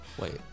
Wait